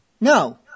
No